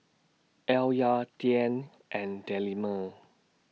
Alya Dian and Delima